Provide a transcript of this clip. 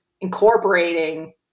incorporating